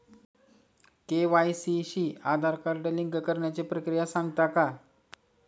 KYC शी Aadhaar card link करण्याची प्रक्रिया सांगता का?